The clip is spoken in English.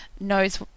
knows